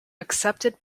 accepted